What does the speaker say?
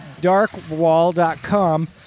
darkwall.com